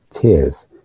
tears